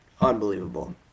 unbelievable